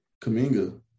Kaminga